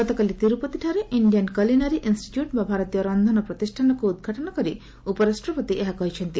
ଗତକାଲି ତିରୁପତିଠାରେ Indian culinary institute ବା ଭାରତୀୟ ରନ୍ଧନ ପ୍ରତିଷ୍ଠାନକୁ ଉଦ୍ଘାଟନ କରି ଉପରାଷ୍ଟ୍ରପତି ଏହା କହିଛନ୍ତି